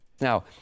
Now